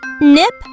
Nip